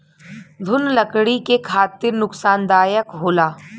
घुन लकड़ी के खातिर नुकसानदायक होला